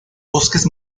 bosques